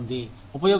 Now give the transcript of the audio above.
ఉపయోగపడిందా